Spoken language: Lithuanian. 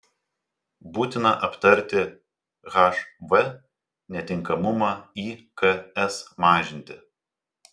būtina aptarti hv netinkamumą iks mažinti